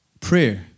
prayer